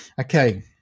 Okay